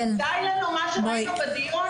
די לנו מה שהם עשו בדיון גם בוועדה הזאת בשעה אחרונה.